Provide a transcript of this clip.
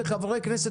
כחברי כנסת,